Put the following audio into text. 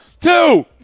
Two